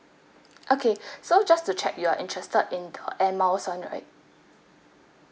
okay so just to check you are interested in the air miles [one] right